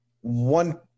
one